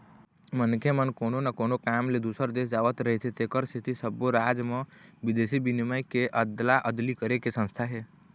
मनखे मन कोनो न कोनो काम ले दूसर देश जावत रहिथे तेखर सेती सब्बो राज म बिदेशी बिनिमय के अदला अदली करे के संस्था हे